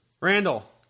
Randall